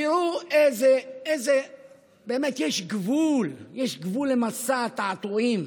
תראו איזה, באמת יש גבול, יש גבול למסע התעתועים.